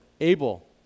Abel